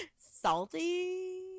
Salty